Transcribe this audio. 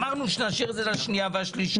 אמרנו שנשאיר את זה לשנייה והשלישית.